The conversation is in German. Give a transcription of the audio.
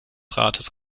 rates